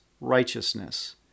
righteousness